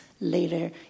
later